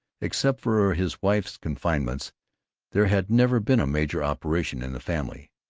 except for his wife's confinements there had never been a major operation in the family,